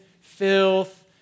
filth